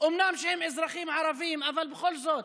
אומנם הם אזרחים ערבים אבל בכל זאת